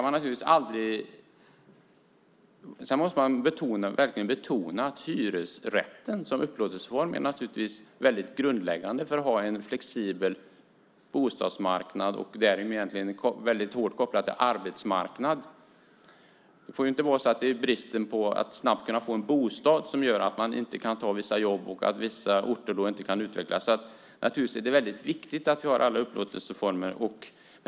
Man måste verkligen betona att hyresrätten som upplåtelseform naturligtvis är väldigt grundläggande för att vi ska kunna ha en flexibel bostadsmarknad. Det är egentligen väldigt hårt kopplat till arbetsmarknaden. Det får inte vara svårigheten att snabbt få en bostad som gör att man inte kan ta vissa jobb och att vissa orter inte kan utvecklas. Det är naturligtvis väldigt viktigt att vi har alla upplåtelseformer.